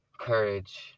Courage